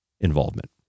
involvement